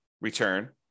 return